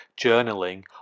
journaling